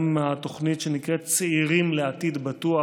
גם התוכנית שנקראת "צעירים לעתיד בטוח"